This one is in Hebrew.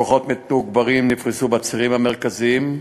כוחות מתוגברים נפרסו בצירים המרכזיים,